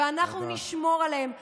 ואנחנו נמשיך ונשמור על הערכים הדמוקרטיים,